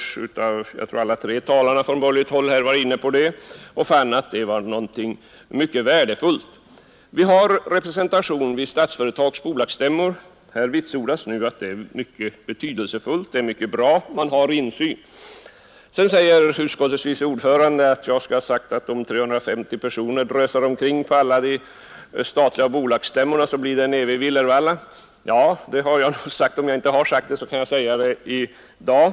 Samtliga tre talare från borgerligt håll var inne på detta och fann att en sådan utvidgning vore mycket värdefull. Riksdagen är representerad vid Statsföretags bolagsstämmor. Det vitsordas här att systemet är mycket bra, eftersom riksdagen därigenom har insyn. Utskottets vice ordförande påstår att jag skulle ha sagt, att det kan bli en evig villervalla om 350 personer drösar omkring på alla statliga bolagsstämmor. Ja, det har jag nog sagt. Och om jag inte har gjort det, kan jag säga det i dag.